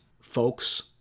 Folks